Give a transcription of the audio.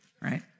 right